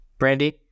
Brandy